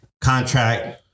contract